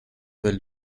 del